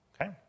okay